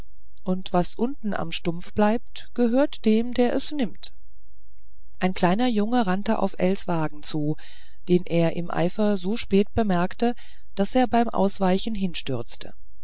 und was unten im stumpf bleibt gehört dem der es nimmt ein kleiner junge rannte auf ells wagen zu den er im eifer so spät bemerkte daß er beim ausweichen